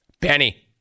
Benny